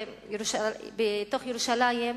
בירושלים,